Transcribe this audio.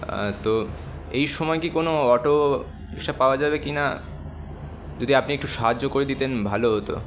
তো এই সময় কি কোনও অটো রিকশা পাওয়া যাবে কি না যদি আপনি একটু সাহায্য করে দিতেন ভালো হতো